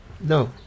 No